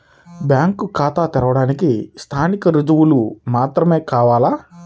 Bank ఖాతా తెరవడానికి స్థానిక రుజువులు మాత్రమే కావాలా?